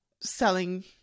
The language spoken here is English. selling